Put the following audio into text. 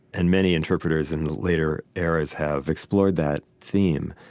and many interpreters in later eras have explored that theme.